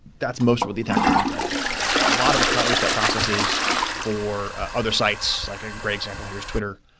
that's most what the attacker needs right there. so a lot of account reset processes for other sites, like a great example here is twitter,